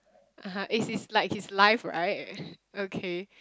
(aha) is is like he's life right okay